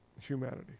Humanity